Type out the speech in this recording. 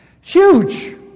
Huge